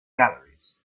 galleries